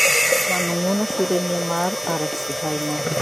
Manognona firene maro araky ze hainao.